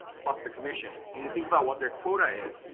plus the commission. you need to think about what their quota is.